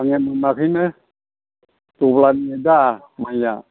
माइआ मोनाखैनो दहलानिदा माइआ